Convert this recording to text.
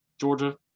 georgia